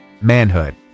manhood